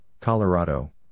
Colorado